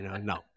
No